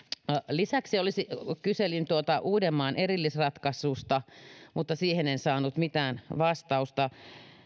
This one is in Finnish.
lisäksi kyselin uudenmaan erillisratkaisusta mutta siihen en saanut mitään vastausta